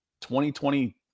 2020